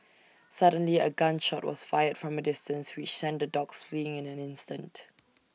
suddenly A gun shot was fired from A distance which sent the dogs fleeing in an instant